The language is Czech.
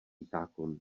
zákon